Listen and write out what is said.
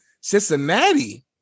Cincinnati